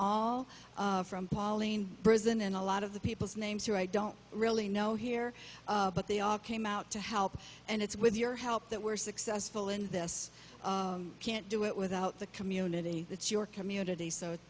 all from pauline prison and a lot of the people's names who i don't really know here but they all came out to help and it's with your help that we're successful in this can't do it without the community that's your community so it's